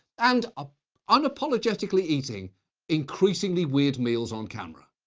and ah unapologetically eating increasingly weird meals on camera.